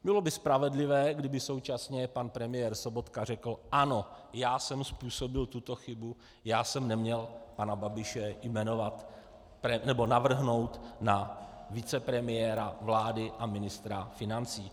Bylo by spravedlivé, kdyby současně pan premiér Sobotka řekl: Ano, já jsem způsobil tuto chybu, já jsem neměl pana Babiše jmenovat nebo navrhnout na vicepremiéra vlády a ministra financí.